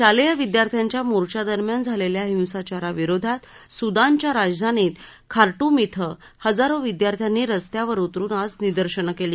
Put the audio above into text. शालेय विद्यार्थ्यांच्या मोर्च्या दरम्यान झालेल्या हिंसाचारा विरोधात सुदानच्या राजधानीत खा मिमधे हजारो विद्यार्थांनी रस्त्यावर उतरुन आज निदर्शनं केली